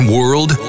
World